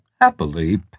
happily